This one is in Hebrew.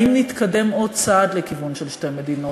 האם נתקדם עוד צעד לכיוון של שתי מדינות,